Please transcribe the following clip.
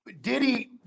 Diddy